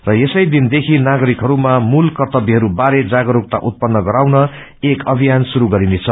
र यसैदिन देखि नागरिकहरूमा मूल कर्तव्यहरूबारे जागरूकता उत्पन्न गराउन एक अभियान श्रुस गरिनेछ